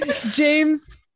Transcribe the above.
James